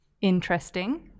interesting